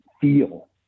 feel